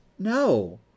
No